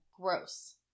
Gross